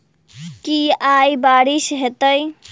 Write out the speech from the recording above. की आय बारिश हेतै?